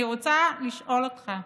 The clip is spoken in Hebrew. אני רוצה לשאול אותך,